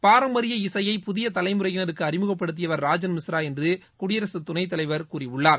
பாரம்பரிய இசையை புதிய தலைமுறையினருக்கு அறிமுகப்படுத்தியவர் ராஜன் மிஸ்ரா என்று குடியரசு துணைத் தலைவர் கூறியுள்ளார்